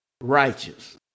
righteous